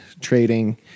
trading